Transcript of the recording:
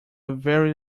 very